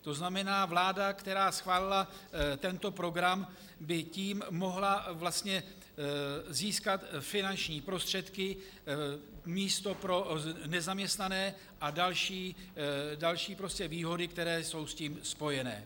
To znamená, vláda, která schválila tento program, by tím mohla vlastně získat finanční prostředky, místa pro nezaměstnané a další výhody, které jsou s tím spojeny.